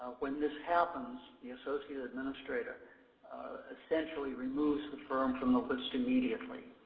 when this happens, the associate administrator essentially removes the firm from the list immediately